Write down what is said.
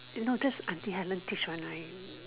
you no that's haven't teach one right